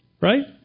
right